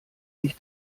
sich